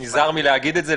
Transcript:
אני נזהר מלהגיד את זה.